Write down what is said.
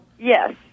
Yes